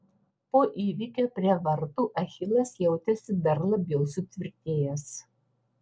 po įvykio prie vartų achilas jautėsi dar labiau sutvirtėjęs